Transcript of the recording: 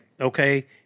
okay